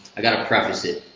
i got to preface it.